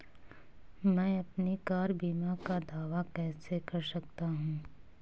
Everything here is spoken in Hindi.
मैं अपनी कार बीमा का दावा कैसे कर सकता हूं?